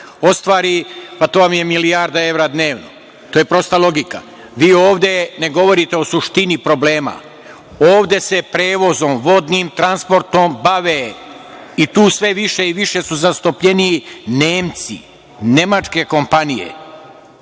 ostvari, pa to vam je milijarda evra dnevno. To je prosta logika. Vi ovde ne govorite o suštini problema. Ovde se prevozom vodnim transportom bave, tu su sve više i više zastupljeniji Nemci, nemačke kompanije.